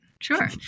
sure